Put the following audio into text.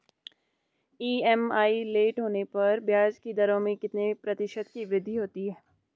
EMI late होने पर ब्याज की दरों में कितने कितने प्रतिशत की वृद्धि होती है?